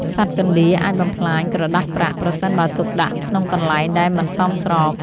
សត្វកណ្តៀរអាចបំផ្លាញក្រដាសប្រាក់ ប្រសិនបើទុកដាក់ក្នុងកន្លែងដែលមិនសមស្រប។